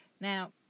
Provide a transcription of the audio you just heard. Now